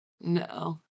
No